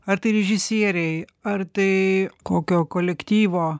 ar tai režisieriai ar tai kokio kolektyvo